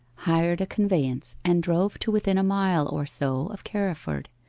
hired a conveyance and drove to within a mile or so of carriford.